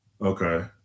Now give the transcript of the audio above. Okay